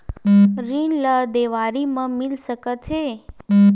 ऋण ला देवारी मा मिल सकत हे